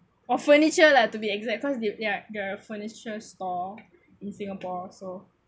or furniture lah to be exact cause they're they're furniture store in singapore so